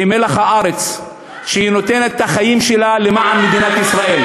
שהיא מלח הארץ והיא נותנת את החיים שלה למען מדינת ישראל.